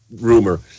rumor